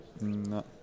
No